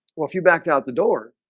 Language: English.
well if you back out the door